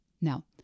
Now